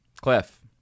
cliff